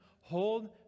Hold